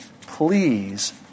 Please